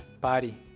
party